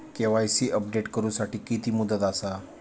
KYC update करू साठी किती मुदत आसा?